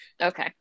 okay